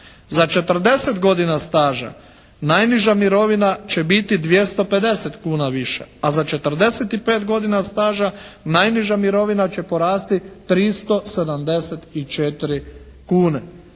Za 40 godina staža najniža mirovina će biti 250 kuna viša. A za 45 godina staža najniža mirovina će porasti 374 kune.